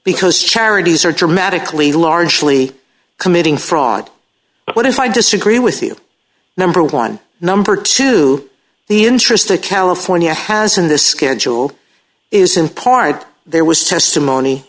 because charities are dramatically largely committing fraud but if i disagree with you number one number two the interest that california has in the schedule is in part there was testimony